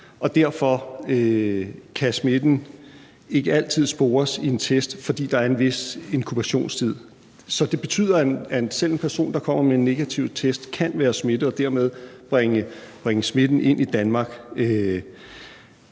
derfor ikke altid kan spores i en test, fordi der er en vis inkubationstid. Så det betyder, at selv en person, der kommer med en negativ test, kan være smittet og dermed bringe smitten ind i Danmark.